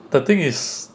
the thing is